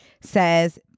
says